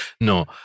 No